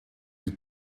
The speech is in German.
die